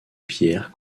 pierre